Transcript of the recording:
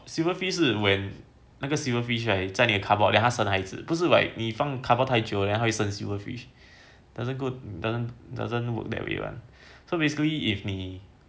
silver fish 是 when 那个 silver fish right 在你 cardboard then 它生孩子不是 like 你放 cardboard 太久 right 它才生 silver fish doesn't good doesn't doesn't work that way one so basically if 你